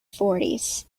fourties